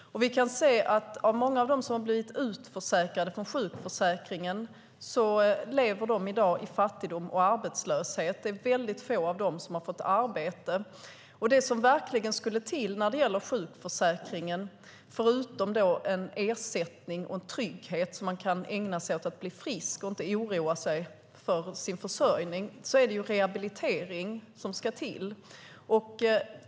Vi kan se att många av dem som har blivit utförsäkrade från sjukförsäkringen i dag lever i fattigdom och arbetslöshet. Det är väldigt få av dem som har fått arbete. Det som verkligen ska till när det gäller sjukförsäkringen, förutom en ersättning och en trygghet så att människor kan ägna sig åt att bli friska och inte behöva oroa sig för sin försörjning, är rehabilitering.